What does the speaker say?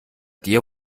dir